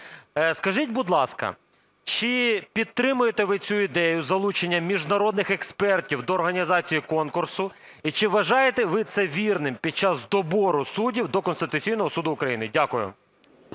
Скажіть, будь ласка, чи підтримуєте ви цю ідею залучення міжнародних експертів до організації конкурсу? І чи вважаєте ви це вірним під час добору суддів до Конституційного Суду України? Дякую.